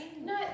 No